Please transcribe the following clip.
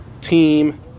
team